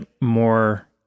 more